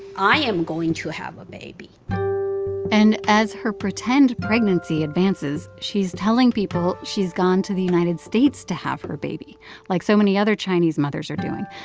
i am going to have a baby and as her pretend pregnancy advances, she's telling people she's gone to the united states to have her baby like so many other chinese mothers are doing.